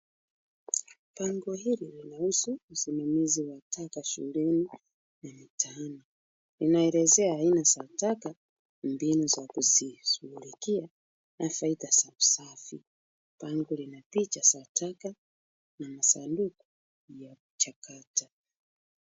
Bango hili linahusu usimamizi wa taka shuleni na mitaani. Inaelezea aina za taka, mbinu za kuishughulikia na faida za usafi. Bango lina picha za taka na masanduku yaliyochakata .